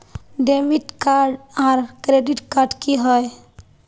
Debit आर credit card की होय?